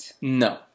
No